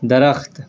درخت